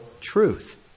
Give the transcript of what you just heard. truth